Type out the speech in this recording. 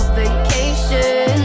vacation